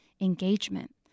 engagement